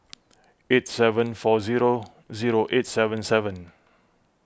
eight seven four zero zero eight seven seven